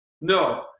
No